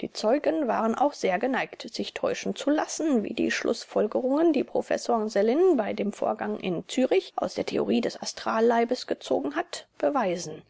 die zeugen waren auch sehr geneigt sich täuschen zu lassen wie die schlußfolgerungen die professor sellin bei dem vorgang in zürich aus der theorie des astralleibes gezogen hat beweisen